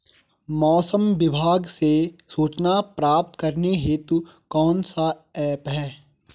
मौसम विभाग से सूचना प्राप्त करने हेतु कौन सा ऐप है?